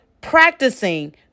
practicing